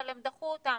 אבל הם דחו אותן,